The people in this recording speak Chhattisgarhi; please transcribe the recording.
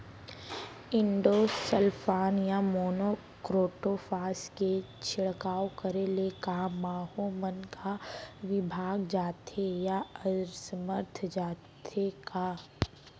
इंडोसल्फान या मोनो क्रोटोफास के छिड़काव करे ले क माहो मन का विभाग जाथे या असमर्थ जाथे का?